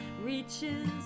reaches